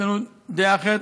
יש לנו דעה אחרת.